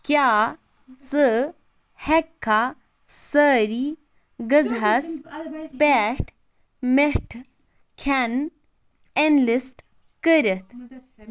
کیٛاہ ژٕ ہیٚکھا سٲری غٕذہَس پٮ۪ٹھ مِٹھٕ کھٮ۪ن اینلِسٹ کٔرِتھ